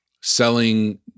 selling